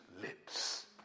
lips